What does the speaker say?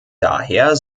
daher